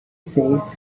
says